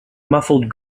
muffled